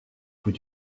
coup